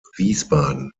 wiesbaden